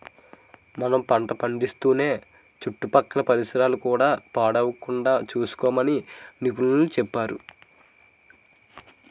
మనం పంట పండిస్తూనే చుట్టుపక్కల పరిసరాలు కూడా పాడవకుండా సూసుకోమని నిపుణులు సెప్పేరు